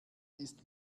ist